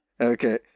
Okay